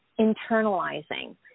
internalizing